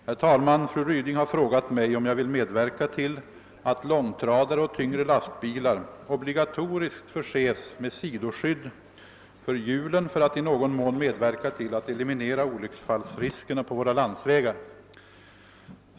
Herr talman! Fru Ryding har frågat mig, om jag vill medverka till att långtradare och tyngre lastbilar obligatoriskt förses med sidoskydd för hjulen för att i någon mån medverka till att eliminera olycksfallsriskerna på våra landsvägar.